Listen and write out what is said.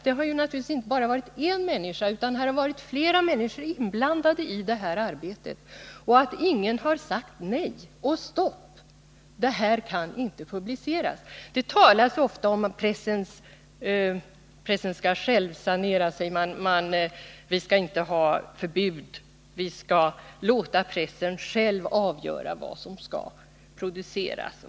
Naturligtvis har inte bara en utan flera personer varit inblandade i det här arbetet. Ingen har sagt: Nej, det här får inte publiceras. Det talas ofta om att pressen skall sanera sig själv, att vi inte skall ha förbud. Pressen skall alltså själv få avgöra vad som skall tryckas.